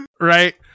Right